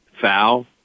foul